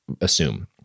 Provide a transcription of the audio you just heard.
assume